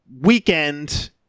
weekend